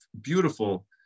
beautiful